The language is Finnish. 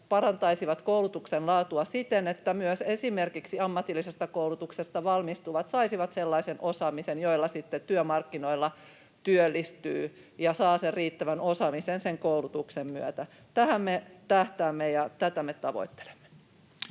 parantaisivat koulutuksen laatua siten, että myös esimerkiksi ammatillisesta koulutuksesta valmistuvat saisivat sellaisen osaamisen, jolla sitten työmarkkinoilla työllistyy, ja saa sen riittävän osaamisen sen koulutuksen myötä. Tähän me tähtäämme, ja tätä me tavoittelemme.